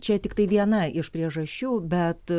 čia tiktai viena iš priežasčių bet